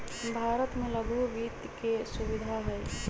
भारत में लघु वित्त के सुविधा हई